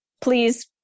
please